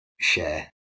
share